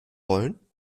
wollen